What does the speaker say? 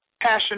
passion